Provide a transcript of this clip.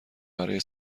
برای